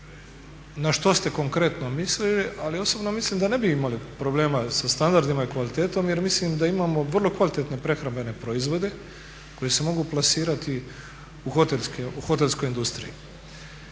na što ste konkretno mislili, ali osobno mislim da ne bi imali problema sa standardima i kvalitetom, jer mislim da imamo vrlo kvalitetne prehrambene proizvode koji se mogu plasirati u hotelskoj industriji,